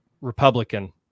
Republican